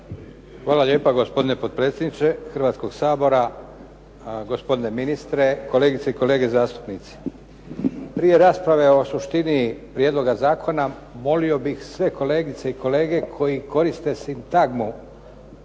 hvala lijepa, gospodine potpredsjedniče Hrvatskoga sabora. Gospodine ministre, kolegice i kolege zastupnici. Prije rasprave o suštini prijedloga zakona molio bih sve kolegice i kolege koji koriste sintagmu